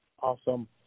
awesome